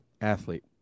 Athlete